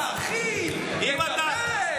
סימטריה שלכם,